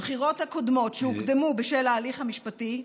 הבחירות הקודמות, שהוקדמו בשל ההליך המשפטי,